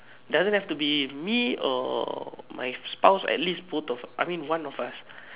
doesn't have to me or my spouse at least both I mean one of us